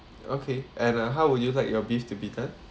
okay and uh how would you like your beef to be done